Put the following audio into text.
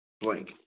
blank